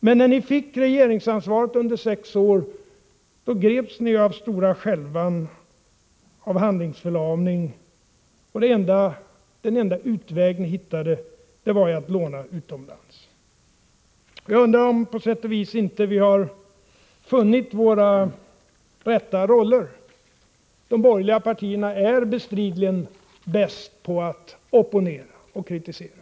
Men när ni fick regeringsansvaret under sex år, greps ni av stora skälvan och av handlingsförlamning. Den enda utväg ni hittade var att låna utomlands. Jag undrar om vi inte på sätt och vis har funnit våra rätta roller. De borgerliga partierna är obestridligen bäst på att opponera och kritisera.